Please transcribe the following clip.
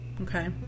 okay